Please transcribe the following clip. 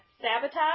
Sabotage